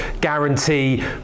guarantee